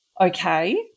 okay